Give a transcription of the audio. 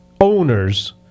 owners